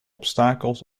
obstakels